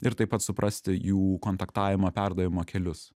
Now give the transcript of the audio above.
ir taip pat suprasti jų kontaktavimą perdavimo kelius